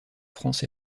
france